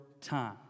time